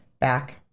back